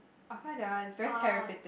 I find that one is very terrible